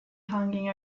hanging